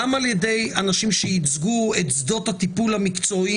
גם על ידי אנשים שייצגו את שדות הטיפול המקצועיים